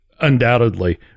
undoubtedly